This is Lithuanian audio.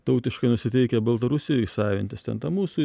tautiškai nusiteikę baltarusijoj savintis ten ta mūsų